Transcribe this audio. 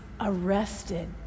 arrested